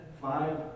five